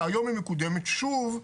והיום היא מקודמת שוב.